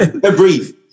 Breathe